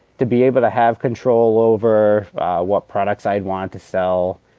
to be able to have control over what products i wanted to sell,